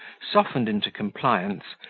softened into compliance,